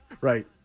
Right